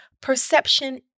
perception